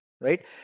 right